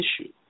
issue